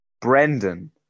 Brendan